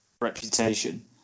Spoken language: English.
reputation